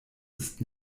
ist